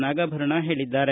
ನಾಗಾಭರಣ ಹೇಳಿದ್ದಾರೆ